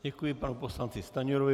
Děkuji panu poslanci Stanjurovi.